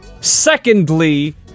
Secondly